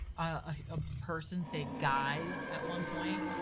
a person say guys at one point.